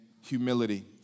humility